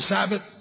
Sabbath